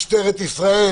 משטרת ישראל.